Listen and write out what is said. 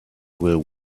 will